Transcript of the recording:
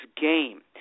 game